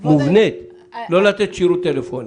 מובנית לא לתת שירות טלפוני.